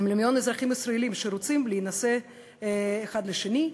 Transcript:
כמיליון אזרחים ישראלים שרוצים להינשא האחד לשני,